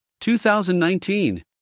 2019